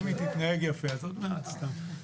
עוד מעט.